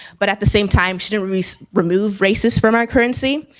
but at the same time, she didn't remove remove racist from our currency.